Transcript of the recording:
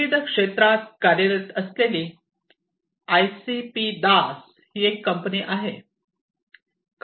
विविध क्षेत्रात कार्यरत असलेली आय सी पि दास एक कंपनी आहे